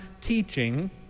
teaching